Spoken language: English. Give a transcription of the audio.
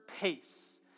pace